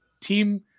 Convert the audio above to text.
Team